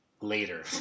later